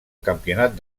campionat